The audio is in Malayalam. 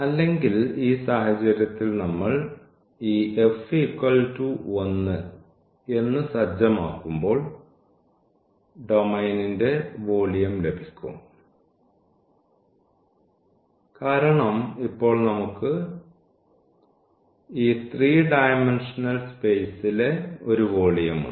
അല്ലെങ്കിൽ ഈ സാഹചര്യത്തിൽ നമ്മൾ ഈ f 1 എന്ന് സജ്ജമാക്കുമ്പോൾ ഡൊമെയ്നിന്റെ വോളിയം ലഭിക്കും കാരണം ഇപ്പോൾ നമുക്ക് ഈ 3 ഡയമെന്ഷനൽ സ്പേസിലെ ഒരു വോളിയം ഉണ്ട്